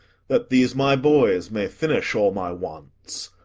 that these, my boys, may finish all my wants.